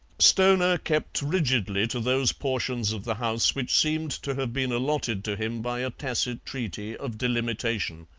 stoner kept rigidly to those portions of the house which seemed to have been allotted to him by a tacit treaty of delimitation.